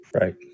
Right